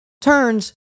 turns